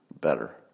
better